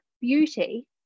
beauty